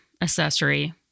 accessory